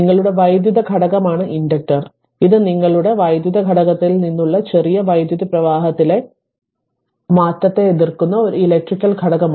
നിങ്ങളുടെ വൈദ്യുത ഘടകമാണ് ഇൻഡക്റ്റർ ഇത് നിങ്ങളുടെ വൈദ്യുത ഘടകത്തിൽ നിന്നുള്ള ചെറിയ വൈദ്യുത പ്രവാഹത്തിലെ മാറ്റത്തെ എതിർക്കുന്ന ഒരു ഇലക്ട്രിക്കൽ ഘടകമാണ്